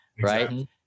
right